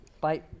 Bye